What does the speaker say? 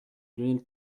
lionel